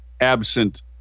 absent